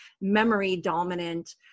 memory-dominant